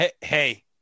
Hey